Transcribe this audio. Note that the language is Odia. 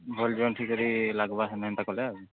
ଭଲ୍ ଜଏଣ୍ଟ୍ କ୍ କରି ଲାଗ୍ବା ହେମତା କଲେ ଆଉ